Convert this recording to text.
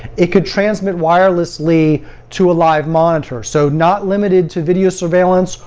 it could transmit wirelessly to a live monitor. so not limited to video surveillance,